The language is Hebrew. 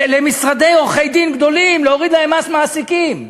משרדי עורכי-דין גדולים, להוריד להם מס מעסיקים.